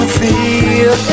feel